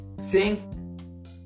Sing